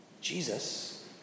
Jesus